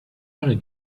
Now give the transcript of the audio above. other